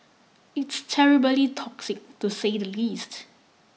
it's terribly toxic to say the least